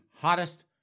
hottest